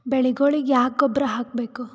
ಬೆಳಿಗೊಳಿಗಿ ಯಾಕ ಗೊಬ್ಬರ ಹಾಕಬೇಕು?